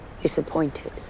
disappointed